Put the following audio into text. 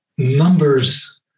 Numbers